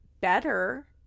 better